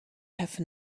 have